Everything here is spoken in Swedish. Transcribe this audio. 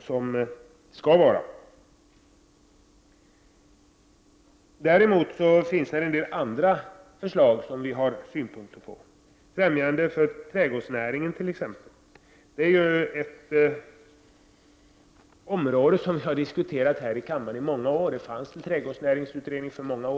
som det redan är. Däremot finns det i dag andra förslag som vi har synpunkter på. Vi har t.ex. trädgårdsnäringens främjande. Det är ett område som har diskuterats i kammaren i många år. För många år sedan fanns det en trädgårdsnäringsutredning.